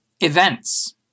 Events